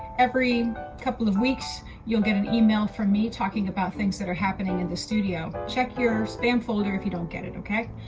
every couple of weeks, you'll get an email from me talking about things that are happening in the studio. check your spam folder if you don't get it, ok?